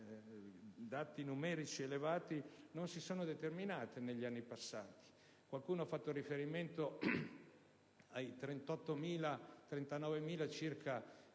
dati numerici elevati, non si sono verificate negli anni passati. Qualcuno ha fatto riferimento ai circa 39.000